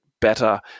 better